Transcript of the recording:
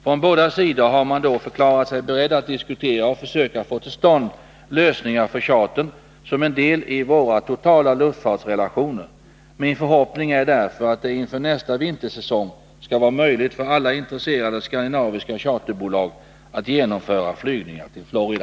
Från båda sidor har man då förklarat sig beredda att diskutera och försöka få till stånd lösningar för chartern som en del i våra totala luftfartsrelationer. Min förhoppning är därför att det inför nästa vintersäsong skall vara möjligt för alla intresserade skandinaviska charterbolag att genomföra flygningar till Florida.